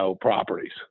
properties